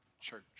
church